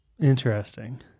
interesting